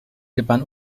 depan